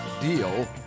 deal